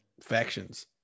factions